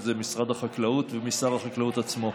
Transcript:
וזה משרד החקלאות ומשר החקלאות עצמו.